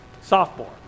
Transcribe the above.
Sophomore